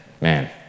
man